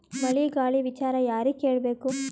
ಮಳೆ ಗಾಳಿ ವಿಚಾರ ಯಾರಿಗೆ ಕೇಳ್ ಬೇಕು?